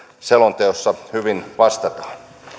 selonteossa hyvin vastataan